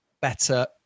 better